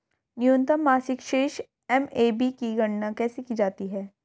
न्यूनतम मासिक शेष एम.ए.बी की गणना कैसे की जाती है?